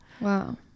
Wow